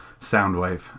Soundwave